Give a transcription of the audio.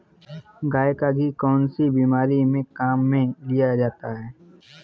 गाय का घी कौनसी बीमारी में काम में लिया जाता है?